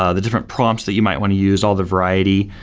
ah the different prompts that you might want to use, all the variety,